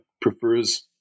prefers